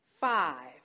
five